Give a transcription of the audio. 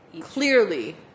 Clearly